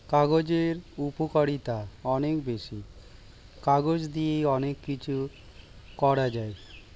কাগজের উপকারিতা অনেক বেশি, কাগজ দিয়ে অনেক কিছু করা যায়